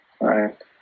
right